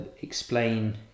explain